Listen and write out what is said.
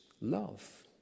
love